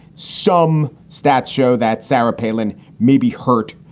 some stats show that sarah palin may be hurt,